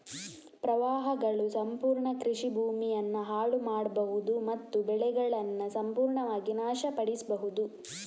ಪ್ರವಾಹಗಳು ಸಂಪೂರ್ಣ ಕೃಷಿ ಭೂಮಿಯನ್ನ ಹಾಳು ಮಾಡ್ಬಹುದು ಮತ್ತು ಬೆಳೆಗಳನ್ನ ಸಂಪೂರ್ಣವಾಗಿ ನಾಶ ಪಡಿಸ್ಬಹುದು